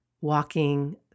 walking